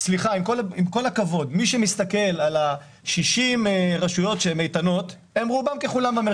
מי שמסתכל רואה שרוב מוחלט של 60 הרשויות האיתנות שוכנות במרכז.